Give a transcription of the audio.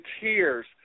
tears